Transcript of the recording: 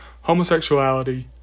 homosexuality